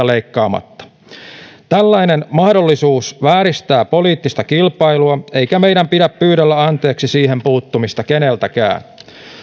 leikkautumatta tällainen mahdollisuus vääristää poliittista kilpailua eikä meidän pidä pyydellä anteeksi siihen puuttumista keneltäkään